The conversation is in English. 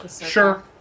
Sure